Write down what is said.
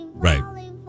Right